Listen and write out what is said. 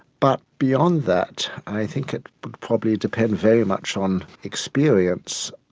but beyond that, i think it would probably depend very much on experience.